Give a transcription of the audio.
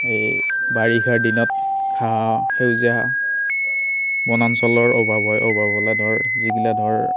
এই বাৰিষাৰ দিনত ঘাঁহ সেউজীয়া বনাঞ্চলৰ অভাৱ হয় অভাৱ হ'লে ধৰ যিগিলা ধৰ